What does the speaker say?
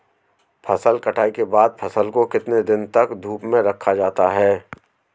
फसल कटाई के बाद फ़सल को कितने दिन तक धूप में रखा जाता है?